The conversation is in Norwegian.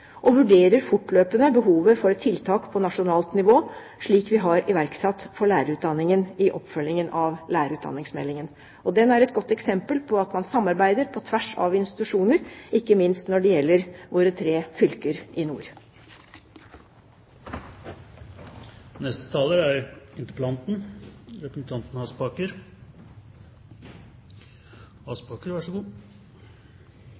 og vurderer fortløpende behovet for tiltak på nasjonalt nivå, slik vi har iverksatt for lærerutdanningen i oppfølgingen av lærerutdanningsmeldingen. Den er et godt eksempel på at man samarbeider på tvers av institusjoner, ikke minst når det gjelder våre tre fylker i nord. Jeg vil takke statsråden for svaret. Jeg tror at for mange av de prosessene som foregår, er